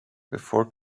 before